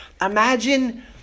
Imagine